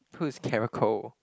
who's Karen Koh